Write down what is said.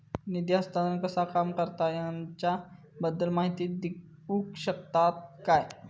निधी हस्तांतरण कसा काम करता ह्याच्या बद्दल माहिती दिउक शकतात काय?